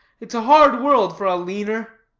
it's a hard world for a leaner.